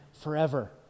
forever